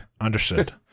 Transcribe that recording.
Understood